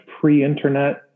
pre-internet